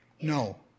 No